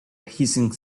hissing